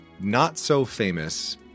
not-so-famous